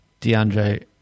DeAndre